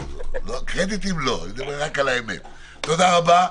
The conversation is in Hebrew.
תודה רבה.